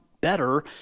better